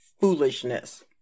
foolishness